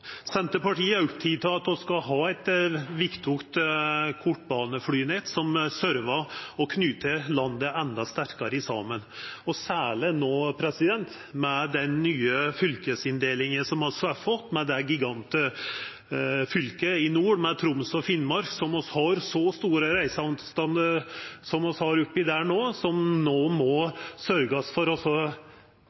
Senterpartiet er oppteke av at vi skal ha eit viktig kortbaneflynett, som servar og knyter landet endå sterkare saman – særleg med den nye fylkesinndelinga, der vi har fått det gigantiske fylket i nord med Troms og Finnmark. Med så store reiseavstandar som vi har der oppe, må vi sørgja for å rigga oss på ein ny måte for